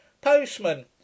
Postman